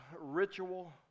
ritual